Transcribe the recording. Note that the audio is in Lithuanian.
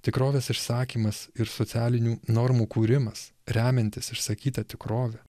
tikrovės išsakymas ir socialinių normų kūrimas remiantis išsakyta tikrove